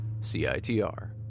CITR